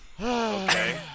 Okay